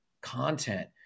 content